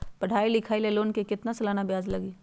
पढाई लिखाई ला लोन के कितना सालाना ब्याज लगी?